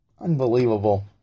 Unbelievable